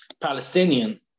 Palestinian